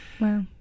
Wow